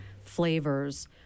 flavors